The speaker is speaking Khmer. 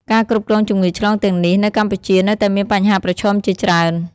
ការគ្រប់គ្រងជំងឺឆ្លងទាំងនេះនៅកម្ពុជានៅតែមានបញ្ហាប្រឈមជាច្រើន។